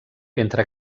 entre